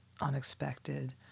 unexpected